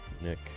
nick